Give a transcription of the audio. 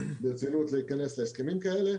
ברצינות להיכנס להסכמים כאלה.